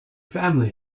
family